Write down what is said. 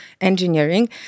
Engineering